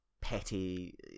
petty